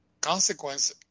consequence